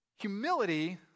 Humility